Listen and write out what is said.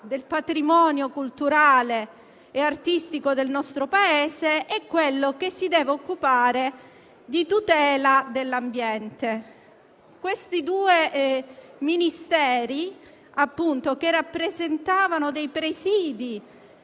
del patrimonio culturale e artistico del nostro Paese e quello che si deve occupare di tutela dell'ambiente. Questi due Ministeri, che rappresentavano presidi